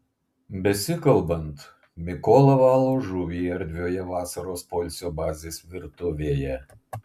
besikalbant mikola valo žuvį erdvioje vasaros poilsio bazės virtuvėje